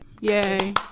Yay